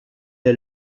est